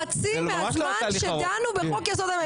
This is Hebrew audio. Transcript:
חצי מהזמן שדנו בחוק יסוד הממשלה.